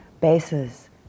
bases